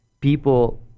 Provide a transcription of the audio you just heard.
People